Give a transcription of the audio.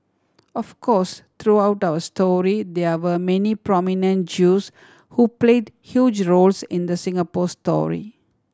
of course throughout our history there were many prominent Jews who played huge roles in the Singapore story